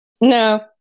No